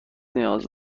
نیاز